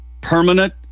permanent